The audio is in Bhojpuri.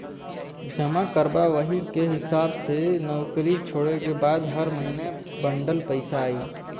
जमा करबा वही के हिसाब से नउकरी छोड़ले के बाद हर महीने बंडल पइसा आई